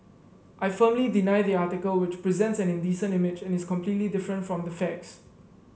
I firmly deny the article which presents an indecent image and is completely different from the facts